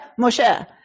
Moshe